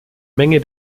menge